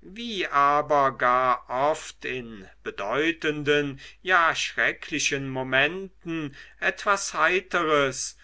wie aber gar oft in bedeutenden ja schrecklichen momenten etwas heiteres